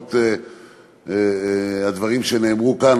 ולמרות הדברים שנאמרו כאן,